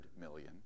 million